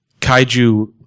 kaiju